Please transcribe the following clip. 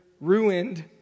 ruined